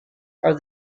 are